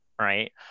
right